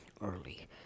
early